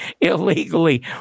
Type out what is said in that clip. illegally